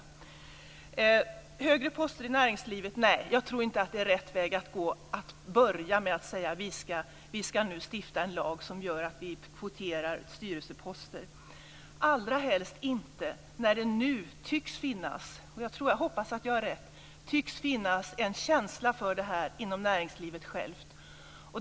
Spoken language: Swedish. Angående högre poster i näringslivet tror jag inte att det är rätt väg att börja med att säga att vi ska stifta en lag om kvotering vid tillsättande av styrelseposter, allra helst inte nu när det tycks finnas - och jag hoppas att jag har rätt - en känsla för detta inom näringslivet självt.